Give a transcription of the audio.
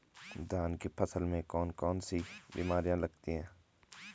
धान की फसल में कौन कौन सी बीमारियां लगती हैं?